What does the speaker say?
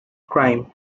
crime